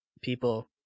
people